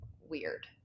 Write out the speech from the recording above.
weird